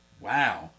Wow